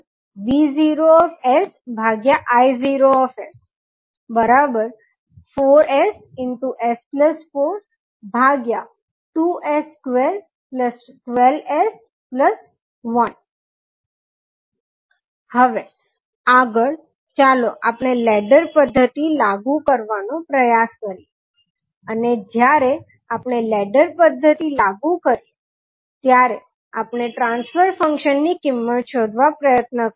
HsV0I04ss42s212s1 હવે આગળ આપણે ચાલો લેડર પદ્ધતિ લાગુ કરવાનો પ્રયાસ કરીએ અને જ્યારે આપણે લેડર પદ્ધતિ લાગુ કરીએ ત્યારે આપણે ટ્રાન્સફર ફંક્શન ની કિંમત શોધવા પ્રયત્ન કરીશું